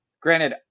Granted